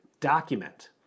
document